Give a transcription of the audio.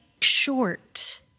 Short